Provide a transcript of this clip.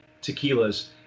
tequilas